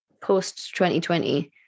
post-2020